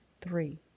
three